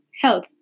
health